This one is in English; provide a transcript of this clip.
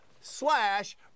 slash